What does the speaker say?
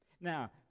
Now